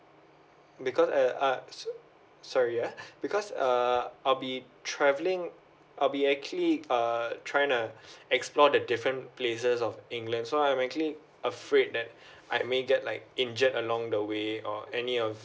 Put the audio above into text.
because uh uh so~ sorry ah because uh I'll be travelling I'll be actually uh tryna uh explore the different places of england so I'm actually afraid that I may get like injured along the way or any of